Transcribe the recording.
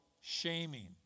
shaming